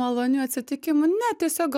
malonių atsitikimų ne tiesiog gal